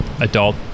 adult